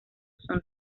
son